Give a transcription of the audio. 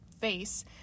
face